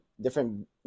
different